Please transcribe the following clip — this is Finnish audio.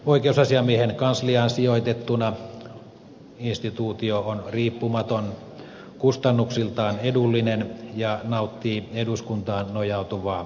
oikeusasiamiehen kansliaan sijoitettuna instituutio on riippumaton kustannuksiltaan edullinen ja nauttii eduskuntaan nojautuvaa arvovaltaa